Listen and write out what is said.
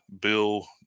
Bill